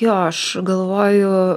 jo aš galvoju